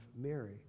Mary